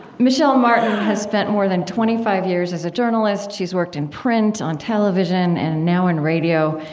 michel martin has spent more than twenty five years as a journalist. she's worked in print, on television, and now in radio.